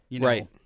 Right